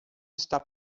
está